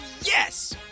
yes